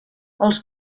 els